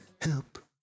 help